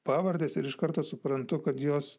pavardes ir iš karto suprantu kad jos